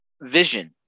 vision